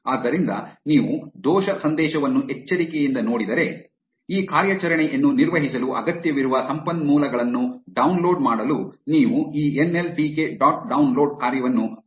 ಆದ್ದರಿಂದ ನೀವು ದೋಷ ಸಂದೇಶವನ್ನು ಎಚ್ಚರಿಕೆಯಿಂದ ನೋಡಿದರೆ ಈ ಕಾರ್ಯಾಚರಣೆಯನ್ನು ನಿರ್ವಹಿಸಲು ಅಗತ್ಯವಿರುವ ಸಂಪನ್ಮೂಲಗಳನ್ನು ಡೌನ್ಲೋಡ್ ಮಾಡಲು ನೀವು ಈ N L T K dot download ಕಾರ್ಯವನ್ನು ಬಳಸಬೇಕು ಎಂದು ಅದು ಹೇಳುತ್ತದೆ